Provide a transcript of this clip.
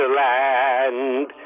land